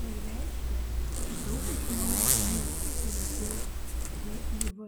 tai reiškia kad daug žmonių nesitiria dėl živ